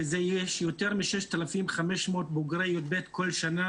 שיש יותר מ-6,500 בוגרי י"ב כל שנה,